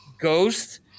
Ghost